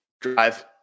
Drive